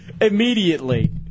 immediately